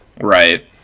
Right